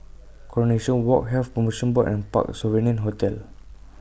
Coronation Walk Health promotion Board and Parc Sovereign Hotel